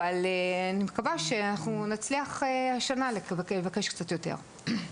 אני מקווה שנצליח השנה לבקש קצת יותר.